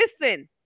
Listen